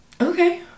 Okay